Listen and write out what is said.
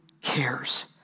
cares